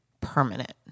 permanent